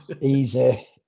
Easy